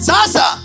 Sasa